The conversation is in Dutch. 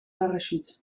parachute